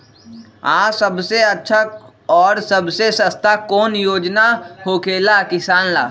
आ सबसे अच्छा और सबसे सस्ता कौन योजना होखेला किसान ला?